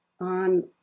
on